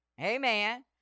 Amen